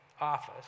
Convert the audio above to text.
office